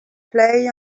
play